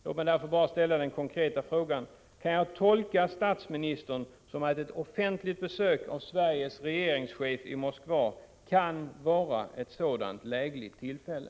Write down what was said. Låt mig därför bara ställa den konkreta frågan: Kan jag tolka statsministerns besked så, att ett offentligt besök av Sveriges regeringschef i Moskva kan vara ett sådant lägligt tillfälle?